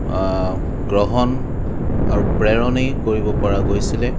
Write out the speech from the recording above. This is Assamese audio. গ্ৰহণ আৰু প্ৰেৰণেই কৰিব পৰা গৈছিলে